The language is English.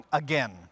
again